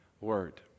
word